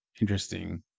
interesting